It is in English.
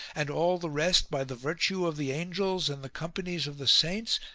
and all the rest by the virtue of the angels and the companies of the saints,